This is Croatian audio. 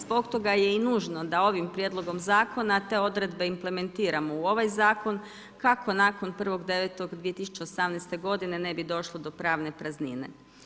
Zbog toga je i nužno da ovim prijedlogom zakona te odredbe implementiramo u ovaj zakon kako nakon 1.9.2018. godine ne bi došlo do pravne praznine.